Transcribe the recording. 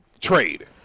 trade